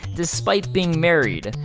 despite being married.